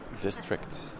District